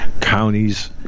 counties